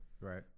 Right